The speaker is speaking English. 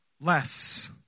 less